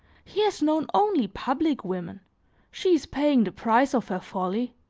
he has known only public women she is paying the price of her folly.